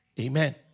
Amen